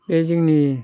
बे जोंनि